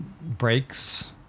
breaks